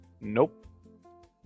Nope